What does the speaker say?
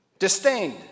disdained